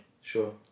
Sure